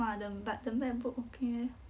!wah! the but the macbook okay eh